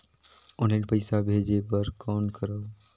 Online पईसा भेजे बर कौन करव?